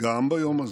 גם ביום הזה: